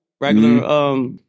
regular